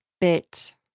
bit